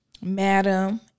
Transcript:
Madam